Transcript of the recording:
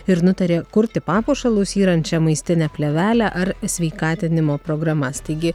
ir nutarė kurti papuošalus yrančią maistinę plėvelę ar sveikatinimo programas taigi